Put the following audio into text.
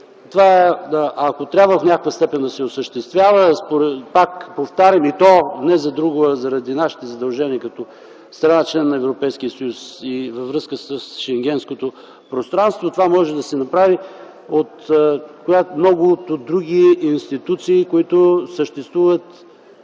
това трябва в някаква степен да се осъществява, пак повтарям, и то не за друго, а заради нашите задължения като страна - член на Европейския съюз, и във връзка с Шенгенското пространство, това може да се направи от много други институции, които съществуват